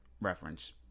reference